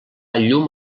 llum